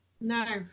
No